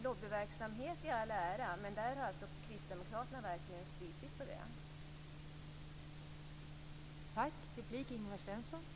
Lobbyverksamhet i all ära, men kristdemokraterna har verkligen stupat på den.